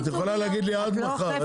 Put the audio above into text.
את יכולה להגיד לי עד מחר.